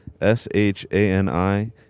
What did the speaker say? s-h-a-n-i